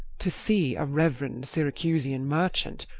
to see a reverend syracusian merchant,